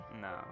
No